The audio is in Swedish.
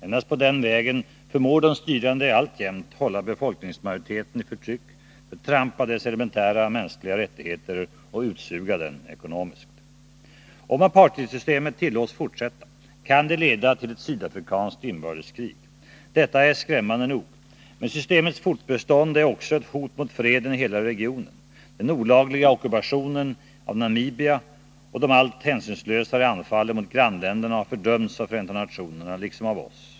Endast på den vägen förmår de styrande alltjämt hålla befolkningsmajoriteten i förtryck, förtrampa dess elementära mänskliga rättigheter och utsuga den ekonomiskt. Om apartheidsystemet tillåts fortsätta kan det leda till ett sydafrikanskt inbördeskrig. Detta är skrämmande nog. Men systemets fortbestånd är också ett hot mot freden i hela regionen. Den olagliga ockupationen av Namibia och de allt hänsynslösare anfallen på gannländerna har fördömts av Förenta nationerna liksom av oss.